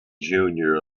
junior